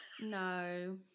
no